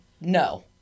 No